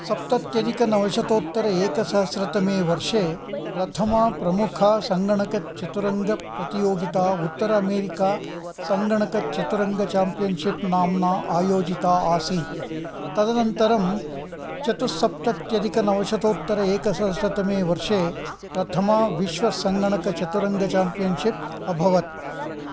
सप्तत्यधिकनवशतोत्तर एकसहस्रतमे वर्षे प्रथमा प्रमुखा सङ्गणकचतुरङ्गप्रतियोगिता उत्तर अमेरिकासङ्गणकचतुरङ्ग चाम्पियन्शिप् नाम्ना आयोजिता आसीत् तदनन्तरं चतुस्सप्तत्यधिकनवशतोत्तर एकसहस्रतमे वर्षे प्रथमा विश्वसङ्गणकचतुरङ्ग चाम्पियन्शिप् अभवत्